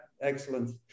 excellent